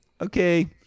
Okay